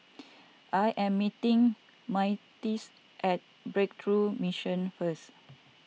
I am meeting Myrtice at Breakthrough Mission first